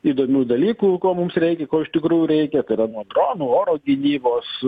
įdomių dalykų ko mums reikia ko iš tikrųjų reikia kada dronų oro gynybos